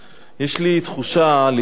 יש לי תחושה לעתים,